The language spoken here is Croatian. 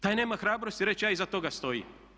Taj nema hrabrosti reći ja iza toga stojim.